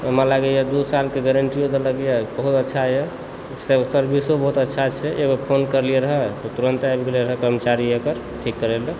हमरा लागैए दू सालके गारन्टियो देलकए बहुत अच्छाए सर्विसो बहुत अच्छा छै एगो फोन करलियै रहऽ तऽ तुरन्त आबि गेल रहय कर्मचारी एकर ठीक करय लऽ